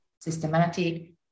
systematic